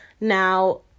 Now